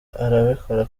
arabikora